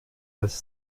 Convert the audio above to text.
als